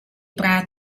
praat